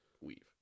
weave